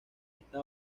está